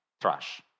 trash